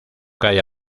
cae